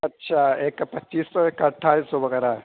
اچھا ایک کا پچیس سو ایک کا اٹھائیس سو وغیرہ ہے